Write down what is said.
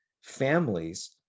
families